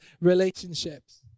relationships